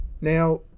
Now